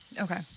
Okay